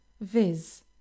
viz